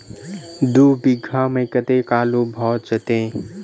दु बीघा मे कतेक आलु भऽ जेतय?